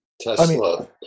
Tesla